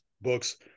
books